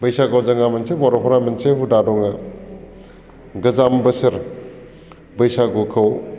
बैसागोआव जोङो मोनसे बर'फोरा मोनसे हुदा दङ गोजाम बोसोर बैसागुखौ